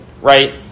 right